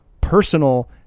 personal